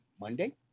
Monday